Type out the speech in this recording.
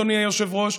אדוני היושב-ראש,